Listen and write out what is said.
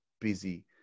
busy